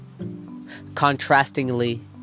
Contrastingly